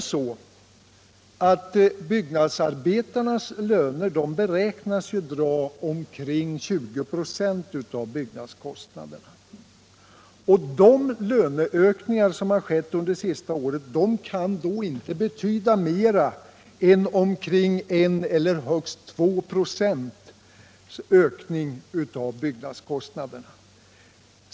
Byggnadsarbetarnas löner beräknas uppgå till ungefär 20 96 av byggnadskostnaderna. De löneökningar som har skett under det senaste året kan inte betyda mer än en eller högst två procents ökning av byggnadskostnaderna.